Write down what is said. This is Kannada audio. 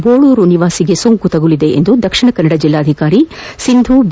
ಬೋಳೂರು ನಿವಾಸಿಗೆ ಸೋಂಕು ತಗಲಿದೆ ಎಂದು ದಕ್ಷಿಣ ಕನ್ನಡ ಜಿಲ್ಲಾಧಿಕಾರಿ ಸಿಂಧೂ ಬಿ